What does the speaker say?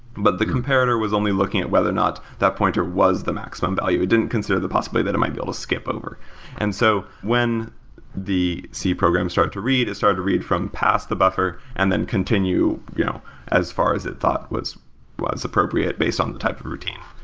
but the comparator was only looking at whether or not that pointer was the maximum value. it didn't consider the possibility that it might be able to skip over and so when the c program started to read, it started to read from past the buffer and then continue you know as far as it thought was was appropriate based on the type of routine.